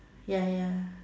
ya ya